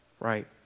right